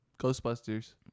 Ghostbusters